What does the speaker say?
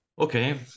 Okay